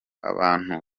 abantu